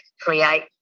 create